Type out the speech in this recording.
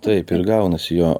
taip ir gaunasi jo